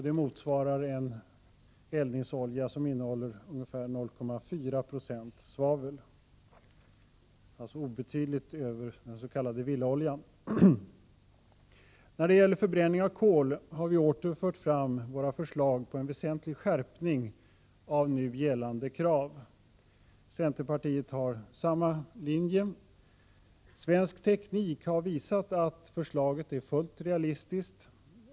Det motsvarar en eldningsolja som innehåller ungefär 0,4 90 svavel, alltså obetydligt över den s.k. villaoljan. När det gäller förbränning av kol har vi åter fört fram våra förslag på en väsentlig skärpning av nu gällande krav. Centerpartiet har samma linje. Svensk teknik har visat att förslaget är fullt realistiskt.